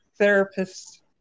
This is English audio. therapists